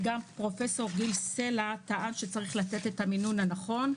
וגם פרופ' גיל סלע טען שצריך לתת את המינון הנכון.